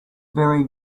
very